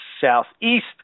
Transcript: Southeast